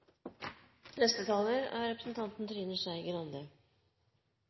Neste taler er